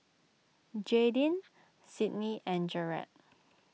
Jaidyn Sydney and Jered